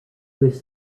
was